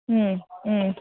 ಹ್ಞೂ ಹ್ಞೂ